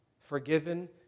Forgiven